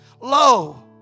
Lo